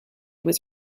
was